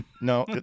No